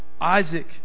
Isaac